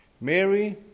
Mary